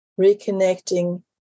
reconnecting